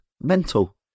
Mental